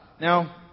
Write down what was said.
Now